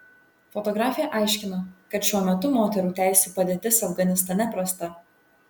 fotografė aiškina kad šiuo metu moterų teisių padėtis afganistane prasta